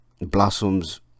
blossoms